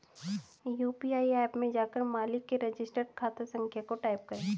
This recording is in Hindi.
यू.पी.आई ऐप में जाकर मालिक के रजिस्टर्ड खाता संख्या को टाईप करें